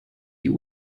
die